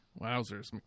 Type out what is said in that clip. Wowzers